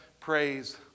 praise